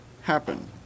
happen